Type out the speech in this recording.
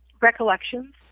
recollections